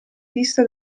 vista